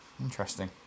Interesting